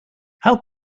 how